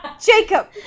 Jacob